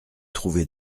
trouvé